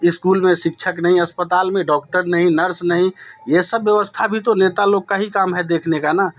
school में शिक्षक नहीं अस्पताल में डॉक्टर नहीं नर्स नहीं ये ये सब व्यवस्था भी तो नेता लोग का ही काम है देखने का ना